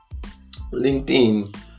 linkedin